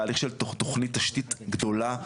תהליך של תוכנית תשתית גדולה,